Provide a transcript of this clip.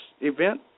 event